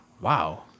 Wow